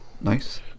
Nice